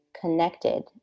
connected